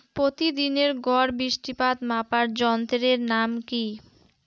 প্রতিদিনের গড় বৃষ্টিপাত মাপার যন্ত্রের নাম কি?